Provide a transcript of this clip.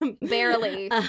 Barely